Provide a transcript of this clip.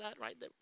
right